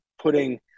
putting